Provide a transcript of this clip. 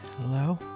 Hello